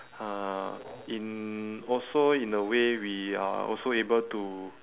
uh in also in a way we are also able to